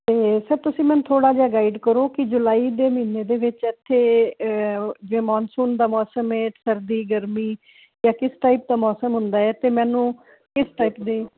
ਤੇ ਸਰ ਤੁਸੀਂ ਮੈਨੂੰ ਥੋੜਾ ਜਿਹਾ ਗਾਈਡ ਕਰੋ ਕਿ ਜੁਲਾਈ ਦੇ ਮਹੀਨੇ ਦੇ ਵਿੱਚ ਇਥੇ ਮੌਨਸੂਨ ਦਾ ਮੌਸਮ ਐ ਸਰਦੀ ਗਰਮੀ ਦਾ ਮੌਸਮ ਹੁੰਦਾ ਹੈ ਤੇ ਮੈਨੂੰ ਇਸ